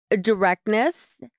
directness